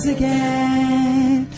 again